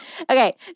Okay